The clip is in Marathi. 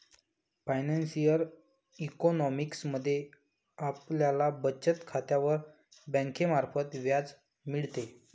फायनान्शिअल इकॉनॉमिक्स मध्ये आपल्याला बचत खात्यावर बँकेमार्फत व्याज मिळते